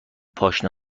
پاشنه